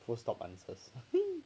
fullstop answers